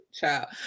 child